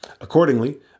Accordingly